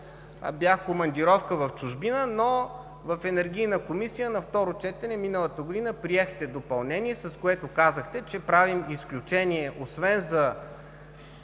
бях командировка в чужбина, но в Енергийната комисия на второ четене миналата година приехте допълнение, с което казахте, че правим изключение освен за